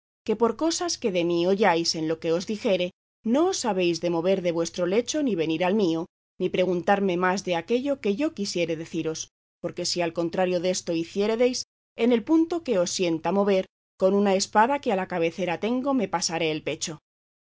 que por cosas que de mí oyáis en lo que os dijere no os habéis de mover de vuestro lecho ni venir al mío ni preguntarme más de aquello que yo quisiere deciros porque si al contrario desto hiciéredes en el punto que os sienta mover con una espada que a la cabecera tengo me pasaré el pecho